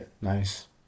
Nice